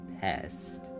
pest